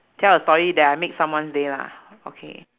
tell a story that I make someone's day lah okay